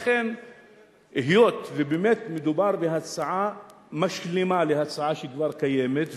היות שבאמת מדובר בהצעה משלימה להצעה שכבר קיימת,